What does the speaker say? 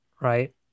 right